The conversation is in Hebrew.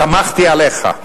סמכתי עליך,